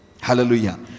Hallelujah